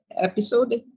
episode